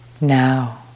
now